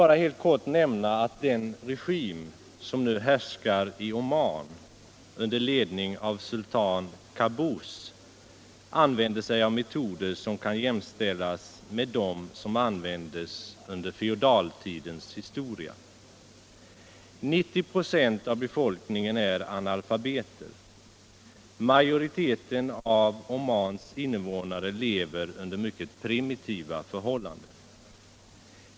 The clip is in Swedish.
Låt mig helt kort nämna att den regim som nu härskar i Oman under ledning av sultan Qaubus använder sig av metoder som kan jämställas med dem som användes under feodaltidens historia. 90 26 av befolkningen är analfabeter. Majoriteten av Omans invånare lever under mycket primitiva förhållanden.